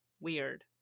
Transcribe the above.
Weird